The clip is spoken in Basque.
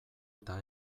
eta